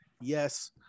Yes